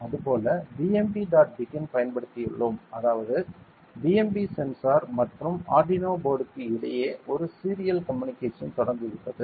அதுபோல BMP dot begin பயன்படுத்தியுள்ளோம் அதாவது பிஎம்பி சென்சார் மற்றும் ஆர்டினோ போர்டுக்கு இடையே ஒரு சீரியல் கம்யூனிகேஷன் தொடங்குகிறது